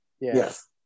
yes